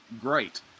Great